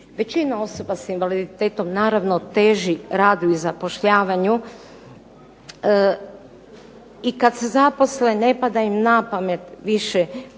većina osoba s invaliditetom naravno teži radu i zapošljavanju i kad se zaposle ne pada im na pamet više